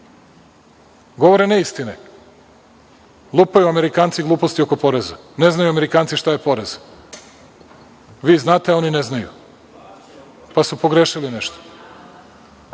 govore ne istine, lupaju Amerikanci gluposti oko poreza, ne znaju Amerikanci šta je porez. Vi znate, a oni ne znaju, pa su pogrešili nešto. Meni